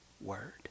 word